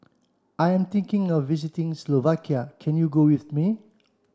I am thinking of visiting Slovakia can you go with me